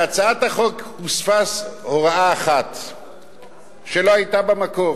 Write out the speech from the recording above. בהצעת החוק הוספה הוראה אחת שלא היתה במקור,